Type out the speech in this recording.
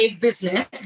business